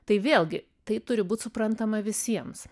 tai vėlgi tai turi būt suprantama visiems